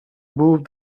move